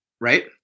right